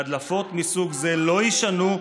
שהדלפות מסוג זה לא יישנו,